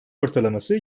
ortalaması